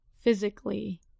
physically